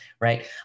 right